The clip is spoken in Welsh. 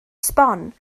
sbon